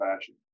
fashion